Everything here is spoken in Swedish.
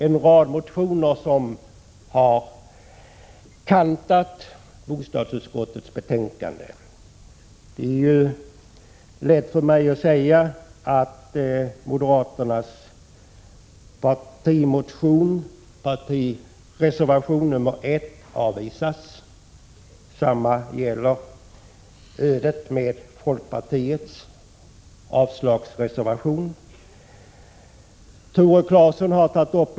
En rad motioner har fogats till bostadsutskottets betänkande. Det är lätt för mig att yrka att moderaternas partimotion, som mynnat ut i reservation 1, skall avvisas. Samma öde röner folkpartiets reservation om avslag på propositionerna.